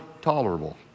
tolerable